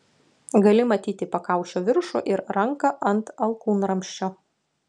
gali matyti pakaušio viršų ir ranką ant alkūnramsčio